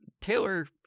Taylor